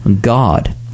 God